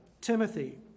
Timothy